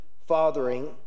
fathering